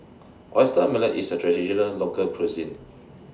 Oyster Omelette IS A Traditional Local Cuisine